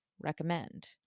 recommend